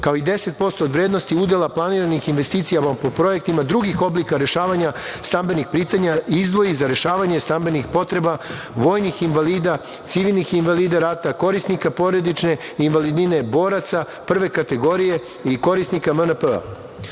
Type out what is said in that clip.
kao i 10% od vrednosti udela planiranih investicija po projektima drugih oblika rešavanja stambenih pitanja izdvoji za rešavanje stambenih potreba vojnih invalida, civilnih invalida rata, korisnika porodične invalidnine, boraca prve kategorije i korisnika MNP.Peto,